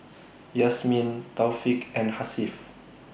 Yasmin Taufik and Hasif